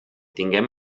tinguem